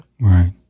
Right